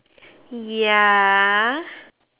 ya